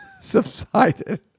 subsided